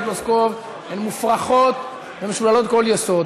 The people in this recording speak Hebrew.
טלי פלוסקוב מופרכות ומשוללות כל יסוד.